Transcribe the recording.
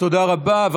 תודה רבה.